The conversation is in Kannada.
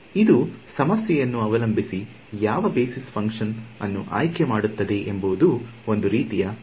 ಇದು ಸಮಸ್ಯೆಯನ್ನು ಅವಲಂಬಿಸಿ ಯಾವ ಬೇಸಿಸ್ ಫಂಕ್ಷನ್ ಅನ್ನು ಆಯ್ಕೆ ಮಾಡುತ್ತದೆ ಎಂಬುದು ಒಂದು ರೀತಿಯ ಕಲೆ ಆಗಿದೆ